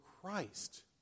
Christ